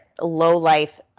low-life